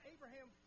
Abraham